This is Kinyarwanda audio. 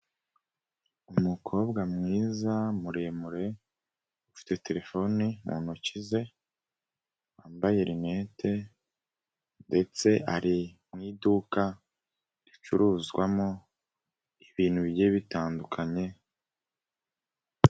Umukobwa mwiza muremure ufite terefone mu ntoki ze, wambaye rinete ndetse ari mu iduka ricuruzwamo, ibintu bigiye bitandukanye.